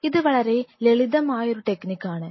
ഇത് വളരെ ലളിതമായ ഒരു ടെക്നിക് ആണ്